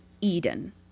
Eden